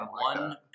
one